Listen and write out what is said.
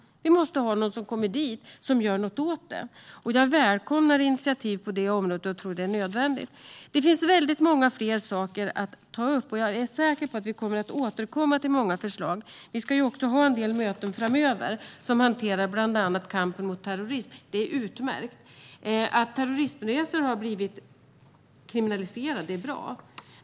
Det måste komma folk dit som gör något åt det. Jag välkomnar nödvändiga initiativ på området. Det finns många fler saker att ta upp, och jag är säker på att vi kommer att återkomma till många förslag. Vi ska ha en del möten framöver för att bland annat hantera kampen mot terrorism. Det är utmärkt! Att terrorismresor har blivit kriminaliserade är bra.